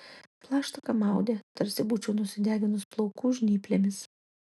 plaštaką maudė tarsi būčiau nusideginus plaukų žnyplėmis